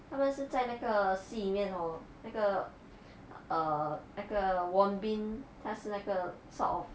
他们是在那个戏里面 hor 那个 err 那个 hyun bin 他是那个 sort of